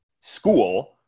school